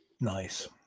Nice